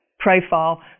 profile